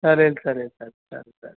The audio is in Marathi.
चालेल चालेल चाल चाल